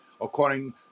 according